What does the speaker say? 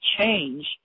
change